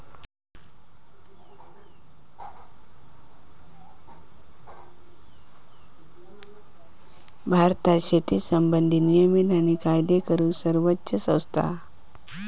भारतात शेती संबंधित नियम आणि कायदे करूक सर्वोच्च संस्था हा